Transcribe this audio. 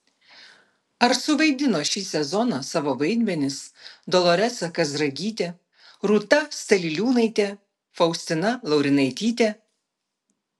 ar suvaidino šį sezoną savo vaidmenis doloresa kazragytė rūta staliliūnaitė faustina laurinaitytė